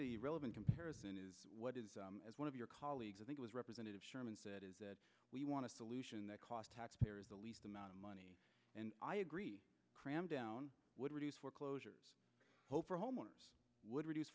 the relevant comparison is what as one of your colleagues i think was representative sherman said is that we want to solution that cost taxpayers the least amount of money and i agree cramdown would reduce foreclosures hope for homeowners would reduce